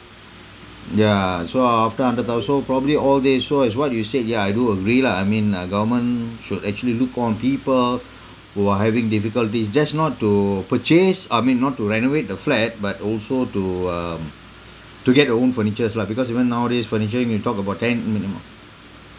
yeah so after hundred thou~ so probably all day so as what you said ya I do agree lah I mean uh government should actually look on people who are having difficulties just not to purchase I mean not to renovate the flat but also to um to get your own furnitures lah because even nowadays furniture you'll talk about ten minimum